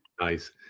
Nice